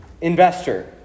investor